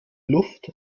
luft